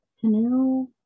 canoe